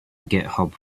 github